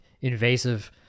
invasive